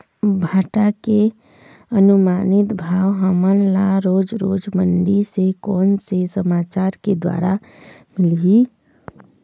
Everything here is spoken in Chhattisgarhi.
भांटा के अनुमानित भाव हमन ला रोज रोज मंडी से कोन से समाचार के द्वारा मिलही?